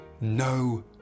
no